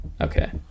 Okay